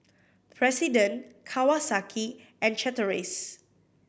President Kawasaki and Chateraise